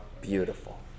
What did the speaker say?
beautiful